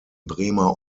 bremer